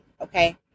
okay